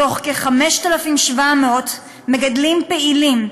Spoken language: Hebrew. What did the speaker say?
מכ-5,700 מגדלים פעילים,